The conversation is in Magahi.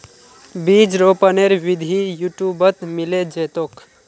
बीज रोपनेर विधि यूट्यूबत मिले जैतोक